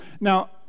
Now